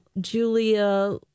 Julia